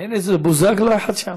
אין איזה בוזגלו אחד שם?